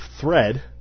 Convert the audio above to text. thread